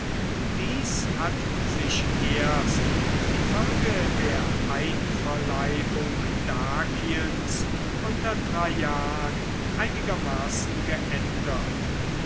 dies hat sich erst infolge der einverleibung dakiens unter traian einigermaßen geändert